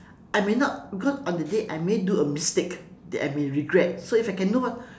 I may not cause on the day I may do a mistake that I may regret so if I can know what